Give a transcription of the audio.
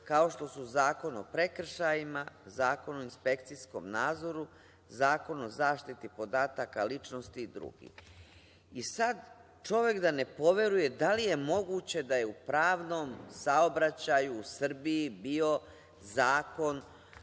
kao što su Zakon o prekršajima, Zakon o inspekcijskom nadzoru, Zakon o zaštiti podataka ličnosti i drugi.I sad čovek da ne poveruje da je moguće da je u pravnom saobraćaju u Srbiji bio